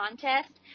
contest